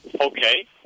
Okay